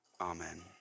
Amen